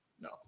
no